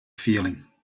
feeling